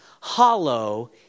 hollow